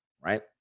right